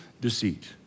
deceit